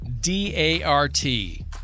D-A-R-T